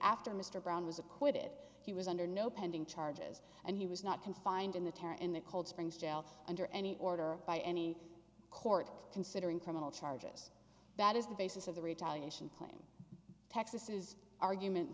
after mr brown was acquitted he was under no pending charges and he was not confined in the terror in the cold springs jail under any order by any court considering criminal charges that is the basis of the retaliation claim texas argument